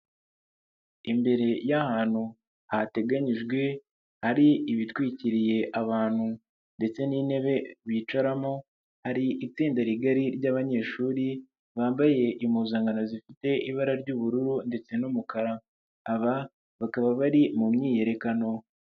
Imbere y'ahantu hateganyijwe hari ibitwikiriye abantu ndetse n'intebe bicaramo, hari itsinda rigari ry'abanyeshuri bambaye impuzankano zifite ibara ry'ubururu ndetse n'umukara aba bakaba bari mu myiyerekano.